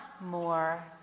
more